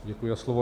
Děkuji za slovo.